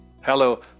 Hello